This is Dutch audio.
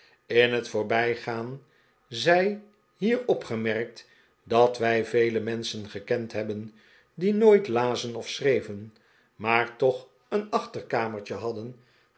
in het voorbijgaan zij hier opgemerkt dat wij vele menschen gekend hebben die nooit lazen of schreven maar toch een achterkamertje hadden